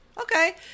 Okay